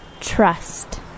trust